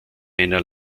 einer